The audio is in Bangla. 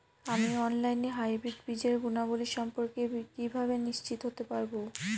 আমি অনলাইনে হাইব্রিড বীজের গুণাবলী সম্পর্কে কিভাবে নিশ্চিত হতে পারব?